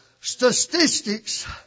Statistics